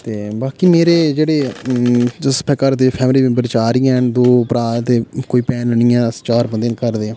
ते बाकि मेरे जेह्ड़े अम अस ते घर दे फैमली मेंबर चार ई हैन दो भ्राऽ ते कोई भैन निं ऐ अस चार बंदे न घर दे